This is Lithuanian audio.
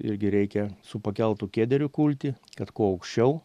irgi reikia su pakeltu kederiu kulti kad kuo aukščiau